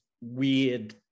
weird